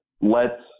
lets